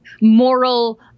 moral